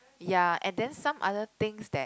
ya and then some other things that